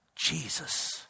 Jesus